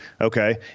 Okay